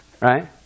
Right